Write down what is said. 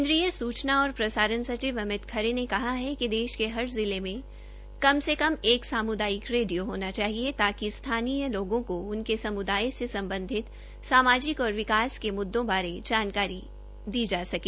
केन्द्रीय सूचना और प्रसारण सचिव अमित खरे ने कहा है कि देश के हर जिले में कम से कम एक सामुदायिक रेडियो होना चाहिए ताकि स्थानीय लोगों को उनके समुदाय से सम्बधित सामाजिक और विकास के मुद्दों बारे जागरूक किया जा सके